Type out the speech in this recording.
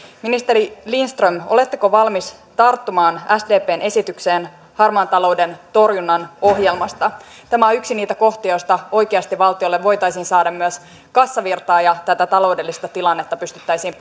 ministeri lindström oletteko valmis tarttumaan sdpn esitykseen harmaan talouden torjunnan ohjelmasta tämä on yksi niitä kohtia joista oikeasti valtiolle voitaisiin saada myös kassavirtaa ja tätä taloudellista tilannetta pystyttäisiin